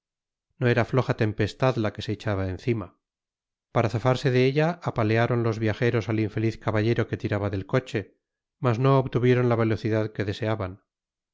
no era floja tempestad la que se echaba encima para zafarse de ella apalearon los viajeros al infeliz caballejo que tiraba del coche mas no obtuvieron la velocidad que deseaban